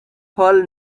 pearl